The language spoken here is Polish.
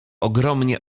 ogromnie